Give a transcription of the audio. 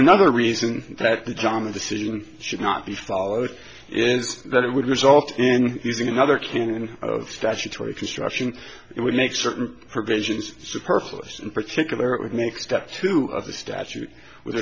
another reason that the dhamma decision should not be followed is that it would result in using another canon of statutory construction it would make certain provisions superfluous in particular it would make step two of the statute with